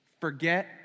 forget